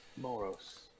Moros